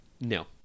no